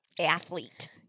Athlete